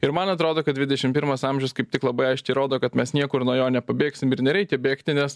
ir man atrodo kad dvidešim pirmas amžius kaip tik labai aiškiai rodo kad mes niekur nuo jo nepabėgsim ir nereikia bėgti nes